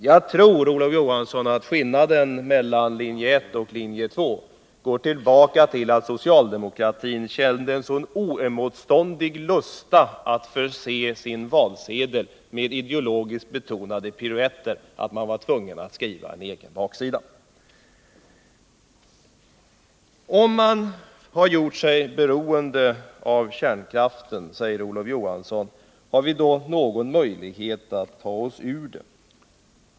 Jag tror, Olof Johansson, att skillnaden mellan linje 1 och linje 2 går tillbaka på att socialdemokratin kände en så oemotståndlig lust att förse sin valsedel med ideologiskt betonade piruetter att man var tvungen att skriva en egen baksida. Om man gjort sig beroende av kärnkraft, har man då någon möjlighet att ta sig ur den?